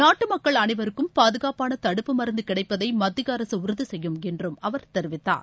நாட்டு மக்கள் அளைவருக்கும் பாதுகாப்பாள தடுப்பு மருந்து கிடைப்பதை மத்திய அரசு உறுதி செய்யும் என்றும் அவர் தெரிவித்தார்